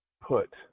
put